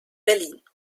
berlin